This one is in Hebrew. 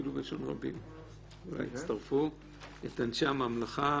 את אנשי הממלכה